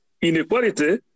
inequality